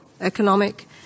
economic